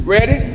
Ready